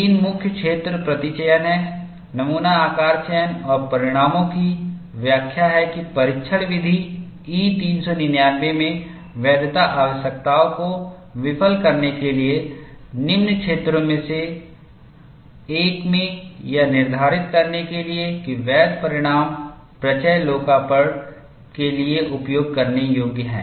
तीन मुख्य क्षेत्र प्रतिचयन हैं नमूना आकार चयन और परिणामों की व्याख्या है कि परीक्षण विधि E 399 में वैधता आवश्यकताओं को विफल करने के लिए निम्न क्षेत्रों में से एक में यह निर्धारित करने के लिए कि वैध परिणाम प्रचय लोकार्पण के लिए उपयोग करने योग्य हैं